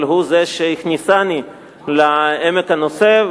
אבל הוא זה שהכניסני לעומק הנושא,